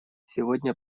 сегодня